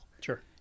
sure